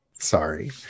Sorry